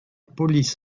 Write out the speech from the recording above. police